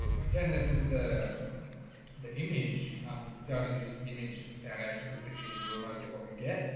pretend this is the the image i'm gonna and use the image is the foundation because the image is mostly what we get.